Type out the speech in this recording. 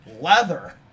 leather